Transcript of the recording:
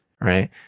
right